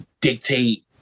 dictate